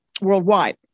worldwide